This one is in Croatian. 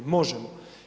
Možemo.